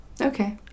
Okay